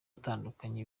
atandukanye